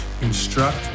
instruct